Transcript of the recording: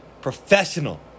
professional